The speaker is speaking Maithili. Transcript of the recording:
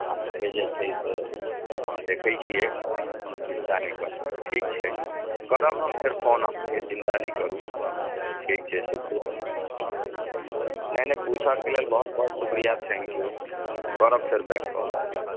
हम जे छै से हम देखैत छियै कोनो चिन्ता नहि करू ठिक छै करब हम फेर फोन अहाँकेँ चिन्ता नहि करू ठीक छै नहि नहि पूछऽ के लेल बहुत बहुत शुक्रिआ थैंक्यू करब फेर बैक कॉल